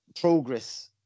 progress